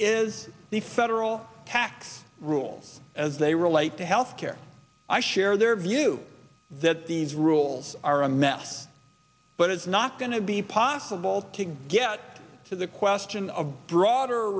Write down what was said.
is the federal tax rules as they relate to health care i share their view that these rules are a mess but it's not going to be possible to get to the question of broader